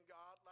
God